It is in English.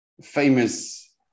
famous